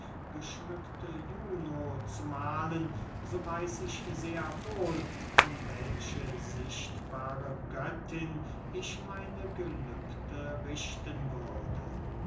geschmückte juno zu mahlen so weiß ich sehr wohl an welche sichtbare göttin ich meine gelübde richten würde